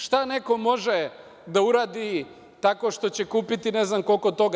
Šta neko može da uradi tako što će kupiti, ne znam koliko toga.